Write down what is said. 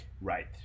Right